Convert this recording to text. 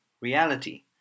reality